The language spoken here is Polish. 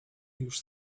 już